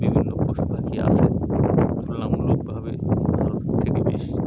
বিভিন্ন পশুপাখি আসে তুলনামূলকভাবে ভারতের থেকে বেশি